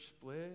split